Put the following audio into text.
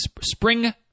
spring